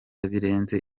birenze